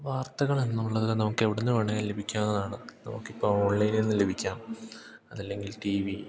വാർത്തകൾ എന്നുള്ളത് നമുക്ക് എവിടുന്ന് വേണമെങ്കിലും ലഭിക്കാവുന്നതാണ് നമുക്കിപ്പോൾ ഓൺലൈനിൽ നിന്ന് ലഭിക്കാം അതല്ലെങ്കിൽ ടി വി